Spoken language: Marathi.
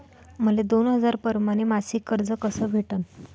मले दोन हजार परमाने मासिक कर्ज कस भेटन?